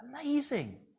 Amazing